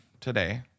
today